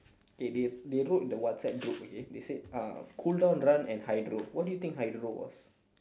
okay they they wrote in the whatsapp group okay they said uh cool down run and hydro what do you think hydro was